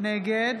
נגד